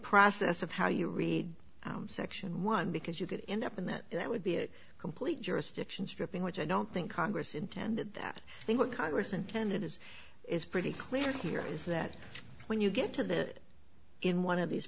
process of how you read section one because you could end up in that that would be a complete jurisdiction stripping which i don't think congress intended that i think what congress intended is is pretty clear here is that when you get to that in one of these